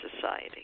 society